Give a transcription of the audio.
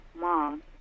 mom